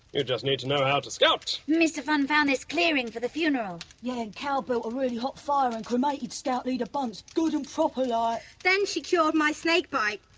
you just need to know how to scout! mr funn found this clearing for the funeral. yeah, and cal built a really hot fire and cremated scout leader bunce good and proper like. then she cured my snakebite,